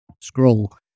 scroll